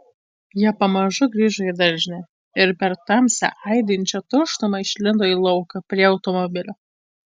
jie pamažu grįžo į daržinę ir per tamsią aidinčią tuštumą išlindo į lauką prie automobilio